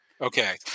Okay